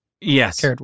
Yes